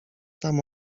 tam